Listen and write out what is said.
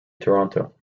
toronto